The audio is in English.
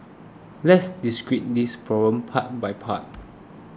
let's discreet this prom part by part